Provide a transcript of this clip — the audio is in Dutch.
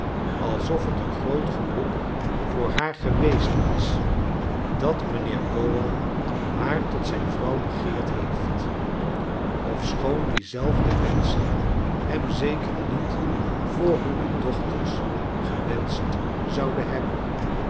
alsof het een groot geluk voor haar geweest is dat mijnheer g owan haar tot zijn vrouw begeerd heeft ofschoon die zelfde menschen hem zeker niet voor hunne dochters gewenscht zouden hebben